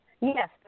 Yes